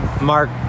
Mark